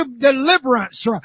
deliverance